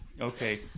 Okay